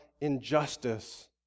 injustice